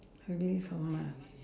relive ah my